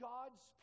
God's